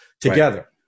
together